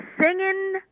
singing